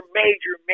major